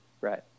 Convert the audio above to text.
Right